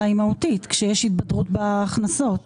אלא היא מהותית כשיש התבדרות בהכנסות.